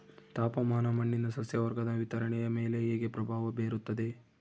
ತಾಪಮಾನ ಮಣ್ಣಿನ ಸಸ್ಯವರ್ಗದ ವಿತರಣೆಯ ಮೇಲೆ ಹೇಗೆ ಪ್ರಭಾವ ಬೇರುತ್ತದೆ?